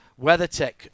WeatherTech